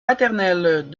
paternels